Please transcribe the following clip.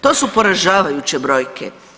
To su poražavajuće brojke.